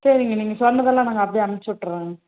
சரிங்க நீங்கள் சொன்னதெல்லாம் நாங்கள் அப்படியே அனுப்பிச்சுவிட்டுறோங்க